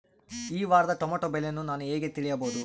ಈ ವಾರದ ಟೊಮೆಟೊ ಬೆಲೆಯನ್ನು ನಾನು ಹೇಗೆ ತಿಳಿಯಬಹುದು?